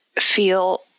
feel